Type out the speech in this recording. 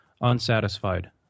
unsatisfied